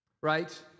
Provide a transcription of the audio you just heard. Right